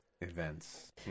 events